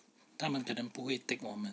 他们可能不会 take 我们